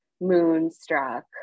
moonstruck